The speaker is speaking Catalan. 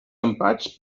empats